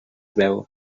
veu